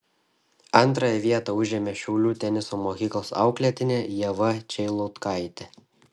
antrąją vietą užėmė šiaulių teniso mokyklos auklėtinė ieva čeilutkaitė